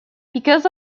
because